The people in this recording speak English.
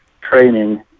training